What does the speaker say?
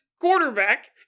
quarterback